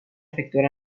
efectuar